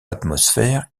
l’atmosphère